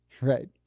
right